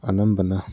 ꯑꯅꯝꯕꯅ